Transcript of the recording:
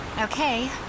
Okay